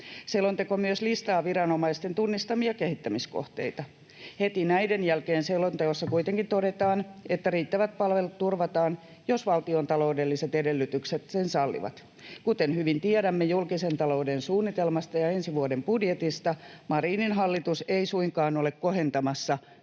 Selonteko myös listaa viranomaisten tunnistamia kehittämiskohteita. Heti näiden jälkeen selonteossa kuitenkin todetaan, että riittävät palvelut turvataan, jos valtiontaloudelliset edellytykset sen sallivat. Kuten hyvin tiedämme julkisen talouden suunnitelmasta ja ensi vuoden budjetista, Marinin hallitus ei suinkaan ole kohentamassa sisäisen